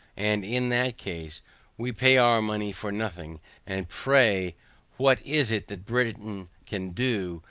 and in that case we pay our money for nothing and pray what is it that britain can do,